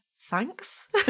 thanks